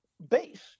Base